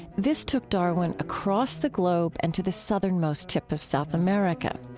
this took darwin across the globe and to the southernmost tip of south america.